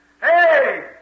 Hey